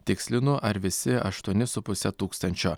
tikslinu ar visi aštuoni su puse tūkstančio